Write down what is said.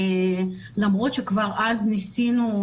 למרות שכבר אז ניסינו,